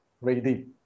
ready